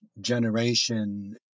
generation